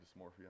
dysmorphia